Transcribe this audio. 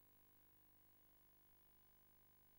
בין העילות לסכסוך: שימוש